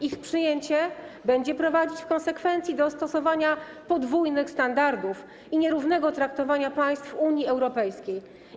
Ich przyjęcie będzie prowadzić w konsekwencji do stosowania podwójnych standardów i nierównego traktowania państw Unii Europejskiej.